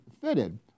fitted